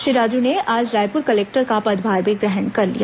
श्री राजू ने आज रायपुर कलेक्टर का पदभार भी ग्रहण कर लिया